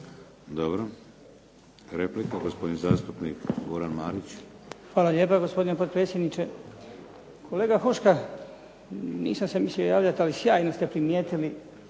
Dobro. Replika, gospodin zastupnik Goran Marić. **Marić, Goran (HDZ)** Hvala lijepa, gospodine potpredsjedniče. Kolega Huška, nisam se mislio javljat, ali sjajno ste primjetili